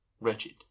wretched